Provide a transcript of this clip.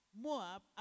Moab